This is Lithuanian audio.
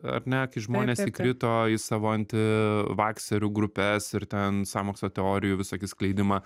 ar ne kai žmonės įkrito į savo anti vakserių grupes ir ten sąmokslo teorijų visokių skleidimą